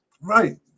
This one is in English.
Right